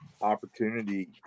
opportunity